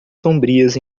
sombrias